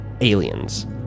aliens